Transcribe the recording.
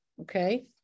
Okay